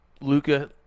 Luca